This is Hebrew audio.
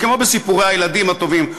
כמו בסיפורי הילדים הטובים,